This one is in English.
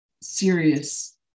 serious